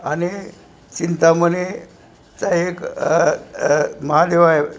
आणि चिंतामणीचा एक महादेव आहे